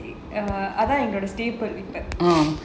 அதான் எங்களோட:athaan engaloda